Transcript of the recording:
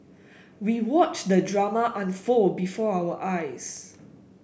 we watched the drama unfold before our eyes